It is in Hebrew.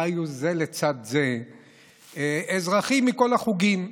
וחיו זה לצד זה אזרחים מכל החוגים.